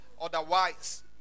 Otherwise